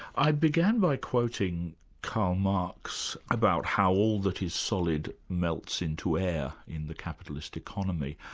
i began by quoting karl marx about how all that is solid melts into air in the capitalist economy.